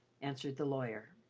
answered the lawyer.